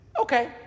okay